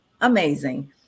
amazing